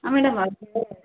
ಹಾಂ ಮೇಡಮ್ ಅದು